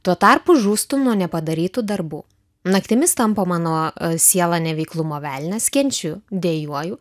tuo tarpu žūstu nuo nepadarytų darbų naktimis tampo mano sielą neveiklumo velnias kenčiu dejuoju